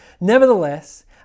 Nevertheless